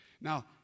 Now